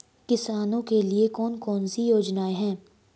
किसानों के लिए कौन कौन सी योजनाएं हैं?